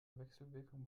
wechselwirkung